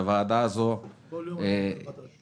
שבוועדה הזו -- כל יום תלמד משהו חדש.